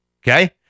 okay